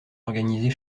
organisés